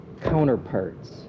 counterparts